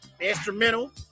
instrumental